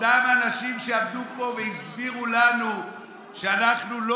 אותם אנשים שעמדו פה והסבירו לנו שאנחנו לא